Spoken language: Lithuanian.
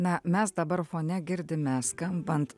na mes dabar fone girdime skambant